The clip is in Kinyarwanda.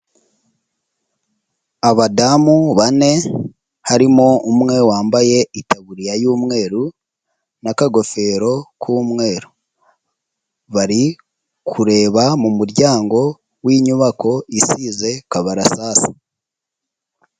Abadamu bane, harimo umwe wambaye itaburiya y'umweru n'akagofero k'umweru, bari kureba mu muryango w'inyubako isize karabasase.